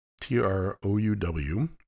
T-R-O-U-W